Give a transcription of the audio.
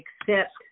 accept